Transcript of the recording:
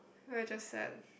why I just sad